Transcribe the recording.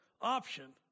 option